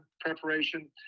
preparation